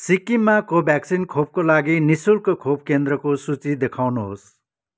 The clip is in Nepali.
सिक्किममा कोभ्याक्सिन खोपको लागि नि शुल्क खोप केन्द्रको सूची देखाउनुहोस्